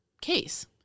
case